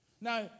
Now